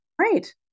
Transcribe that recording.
Right